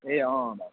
ए अँ भाइ